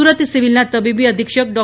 સુરત સિવિલના તબીબી અધિક્ષક ડો